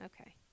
Okay